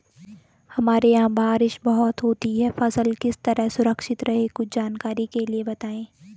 हमारे यहाँ बारिश बहुत होती है फसल किस तरह सुरक्षित रहे कुछ जानकारी के लिए बताएँ?